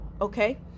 Okay